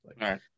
right